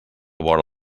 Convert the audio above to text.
vora